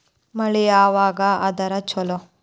ಮಳಿ ಯಾವಾಗ ಆದರೆ ಛಲೋ?